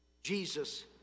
Jesus